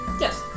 yes